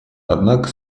однако